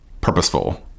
purposeful